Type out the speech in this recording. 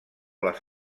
les